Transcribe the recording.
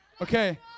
Okay